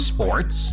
Sports